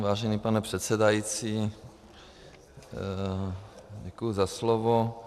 Vážený pane předsedající, děkuji za slovo.